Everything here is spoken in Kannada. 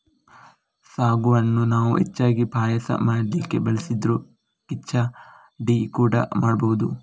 ಸಾಗುವನ್ನ ನಾವು ಹೆಚ್ಚಾಗಿ ಪಾಯಸ ಮಾಡ್ಲಿಕ್ಕೆ ಬಳಸಿದ್ರೂ ಖಿಚಡಿ ಕೂಡಾ ಮಾಡ್ಬಹುದು